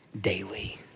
daily